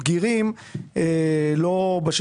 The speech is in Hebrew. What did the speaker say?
שי אהרונוביץ, בבקשה.